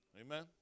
Amen